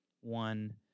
one